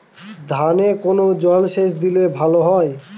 ধানে কোন জলসেচ দিলে ভাল হয়?